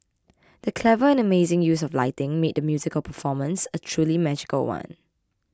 the clever and amazing use of lighting made the musical performance a truly magical one